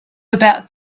about